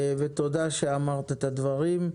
ותודה שאמרת את הדברים.